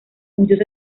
muchos